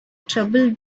trouble